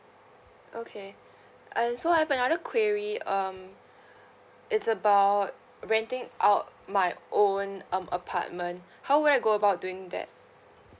okay and so I have another query um it's about renting out my own um apartment how would I go about doing that